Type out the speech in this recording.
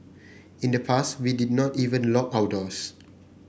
in the past we did not even lock our doors